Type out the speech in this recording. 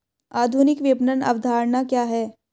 आधुनिक विपणन अवधारणा क्या है?